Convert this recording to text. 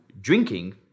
drinking